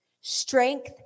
Strength